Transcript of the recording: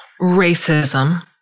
racism